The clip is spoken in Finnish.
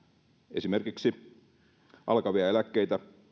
esimerkiksi alkaneita eläkkeitä